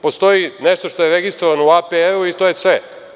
Postoji nešto što je registrovano u APR, i to je sve.